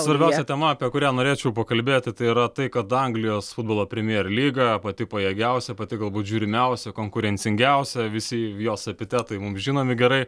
svarbiausia tema apie kurią norėčiau pakalbėti tai yra tai kad anglijos futbolo premier lyga pati pajėgiausia pati galbūt žiūrimiausia konkurencingiausia visi jos epitetai mum žinomi gerai